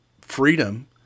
freedom